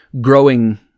growing